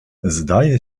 zdaje